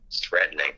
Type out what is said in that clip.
Threatening